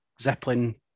Zeppelin